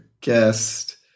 guest